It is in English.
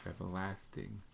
everlasting